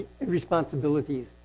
responsibilities